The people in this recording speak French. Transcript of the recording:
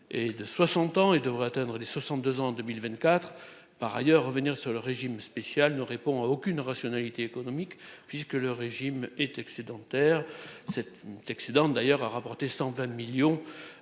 est de 60 ans et devrait atteindre les 62 ans en 2024. Par ailleurs, revenir sur le régime spécial ne répond à aucune rationalité économique, puisque ce dernier est excédentaire. Cet excédent a d'ailleurs rapporté 120 millions